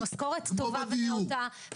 במשכורת טובה ונאותה,